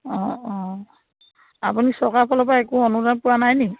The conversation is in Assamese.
অঁ অঁ আপুনি চৰকাৰফালৰপৰা একো অনুদান পোৱা নাই নেকি